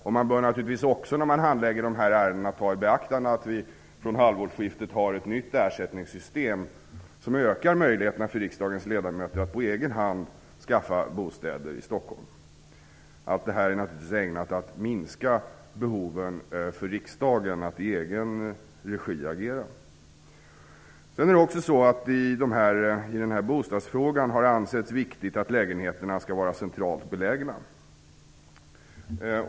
När man handlägger dessa ärenden bör man naturligtvis också ta i beaktande att vi från halvårsskiftet får ett nytt ersättningssystem, som ökar möjligheterna för riksdagens ledamöter att på egen hand skaffa bostäder i Stockholm. Detta är ägnat att minska behovet för riksdagen att agera i egen regi. I den här bostadsfrågan har det också ansetts viktigt att lägenheterna skall vara centralt belägna.